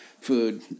food